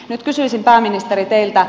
nyt kysyisin pääministeri teiltä